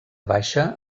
baixa